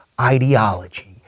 ideology